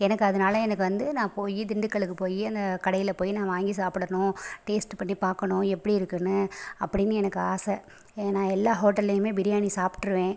எனக்கு அதனால எனக்கு வந்து நான் போய் திண்டுக்கல்லுக்கு போய் அந்த கடையில் போய் நான் வாங்கி சாப்பிடணும் டேஸ்ட் பண்ணிப் பார்க்கணும் எப்படி இருக்குன்னு அப்படின்னு எனக்கு ஆசை ஏன்னா நான் எல்லா ஹோட்டல்லியுமே பிரியாணி சாப்பிட்டுருவேன்